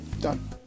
done